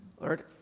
Lord